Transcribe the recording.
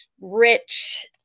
rich